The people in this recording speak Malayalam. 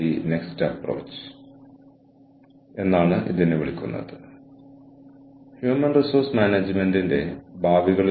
ഇത് ബന്ധങ്ങൾ കെട്ടിപ്പടുക്കുന്നതിനും പ്രത്യേകമായി ടീം അടിസ്ഥാനമാക്കിയുള്ള ഫലപ്രാപ്തിയിലും ശ്രദ്ധ കേന്ദ്രീകരിക്കുന്നു